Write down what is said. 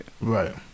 Right